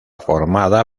formada